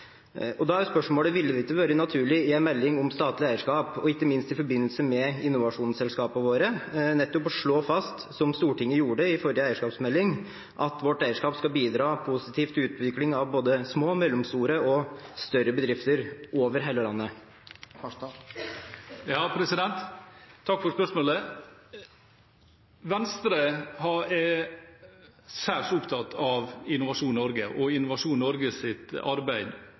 Da er spørsmålet: Ville det ikke vært naturlig i en melding om statlig eierskap, og ikke minst i forbindelse med innovasjonsselskapene våre, nettopp å slå fast, som Stortinget gjorde i forrige eierskapsmelding, at vårt eierskap skal bidra positivt til utvikling av både små, mellomstore og større bedrifter over hele landet? Takk for spørsmålet. Venstre er særs opptatt av Innovasjon Norge og Innovasjon Norges arbeid,